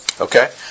Okay